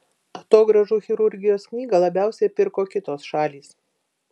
atogrąžų chirurgijos knygą labiausiai pirko kitos šalys